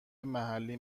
محلی